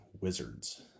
Wizards